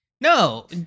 No